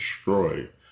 destroyed